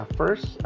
first